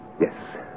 Yes